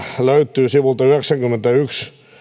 löytyy sivulta yhdeksänkymmenenyhden